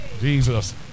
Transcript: Jesus